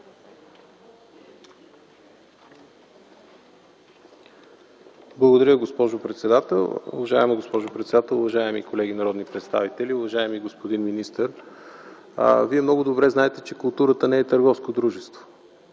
Благодаря, госпожо председател. Уважаема госпожо председател, уважаеми колеги народни представители! Уважаеми господин министър, Вие много добре знаете, че културата не е в търговско дружество.